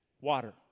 water